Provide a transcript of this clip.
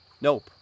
Nope